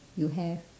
you have